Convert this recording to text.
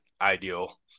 ideal